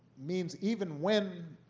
means even when